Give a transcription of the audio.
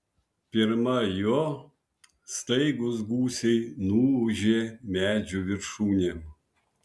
pirma jo staigūs gūsiai nuūžė medžių viršūnėm